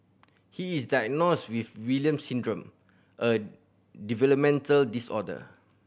he is diagnosed with Williams Syndrome a developmental disorder